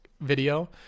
video